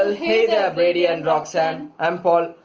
ah hey there brady and roxanne! i'm paul,